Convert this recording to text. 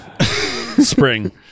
spring